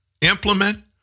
implement